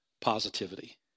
positivity